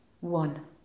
one